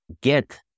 get